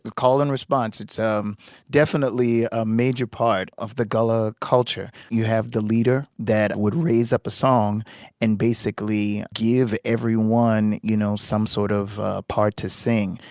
call and response. it's um definitely a major part of the gullah culture. you have the leader that would raise up a song and basically give everyone, you know, some sort of part to sing,